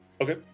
okay